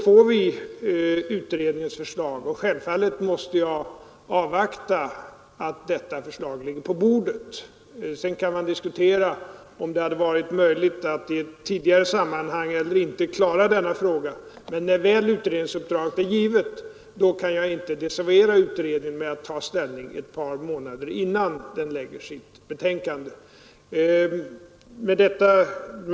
Men självfallet måste jag avvakta med mitt ställningstagande till dess utredningens förslag ligger på vårt bord. Sedan kan man ju diskutera om det hade varit möjligt att klara denna fråga tidigare eller inte, men eftersom utredningsuppdraget har givits kan jag inte nu desavuera utredningen genom att ta ställning ett par månader innan den lägger fram sitt betänkande.